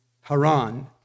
Haran